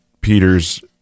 Peter's